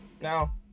Now